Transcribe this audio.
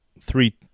three